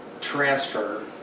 transfer